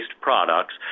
products